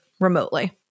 remotely